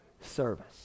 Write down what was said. service